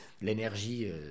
l'énergie